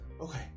Okay